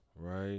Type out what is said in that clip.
right